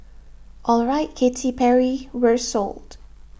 alright Katy Perry we're sold